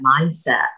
mindset